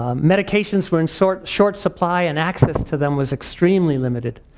um medications were in short short supply and access to them was extremely limited.